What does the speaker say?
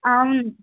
అవును